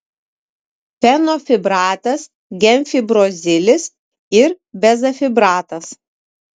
fenofibratas gemfibrozilis ir bezafibratas